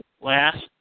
last